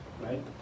right